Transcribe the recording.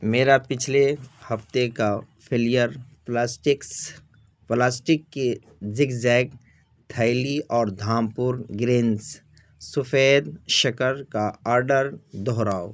میرا پچھلے ہفتے کا فلیر پلاسٹکس پلاسٹک کی زیگ زیگ تھیلی اور دھامپور گرنس سفید شکر کا آڈر دوہراؤ